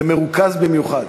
זה מרוכז במיוחד.